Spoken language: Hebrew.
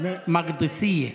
(אומר דברים ביידיש.)